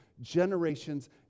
generations